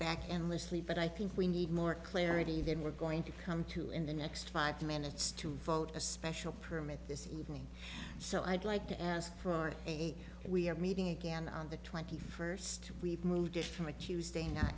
back and list lee but i think we need more clarity than we're going to come to in the next five minutes to vote a special permit this evening so i'd like to ask for our we're meeting again on the twenty first we've moved from a tuesday